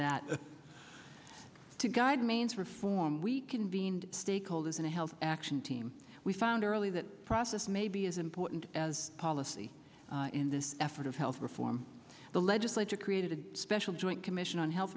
that to guide manes reform we convened stakeholders in a health action team we found early that process may be as important as policy in this effort of health reform the legislature created a special joint commission on health